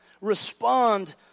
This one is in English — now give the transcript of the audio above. respond